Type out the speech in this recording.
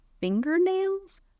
fingernails